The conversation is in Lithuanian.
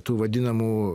tų vadinamų